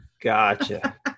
Gotcha